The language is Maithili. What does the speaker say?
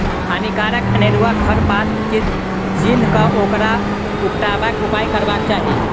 हानिकारक अनेरुआ खर पात के चीन्ह क ओकरा उपटयबाक उपाय करबाक चाही